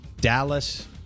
Dallas